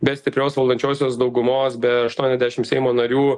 be stiprios valdančiosios daugumos be aštuoniasdešim seimo narių